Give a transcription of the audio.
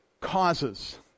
causes